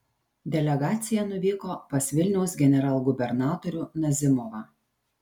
delegacija nuvyko pas vilniaus generalgubernatorių nazimovą